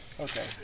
okay